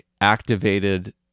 activated